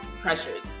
pressured